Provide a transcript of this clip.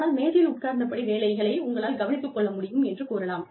ஆனால் மேஜையில் உட்கார்ந்தபடி வேலையை உங்களால் கவனித்துக் கொள்ள முடியும் என்று கூறலாம்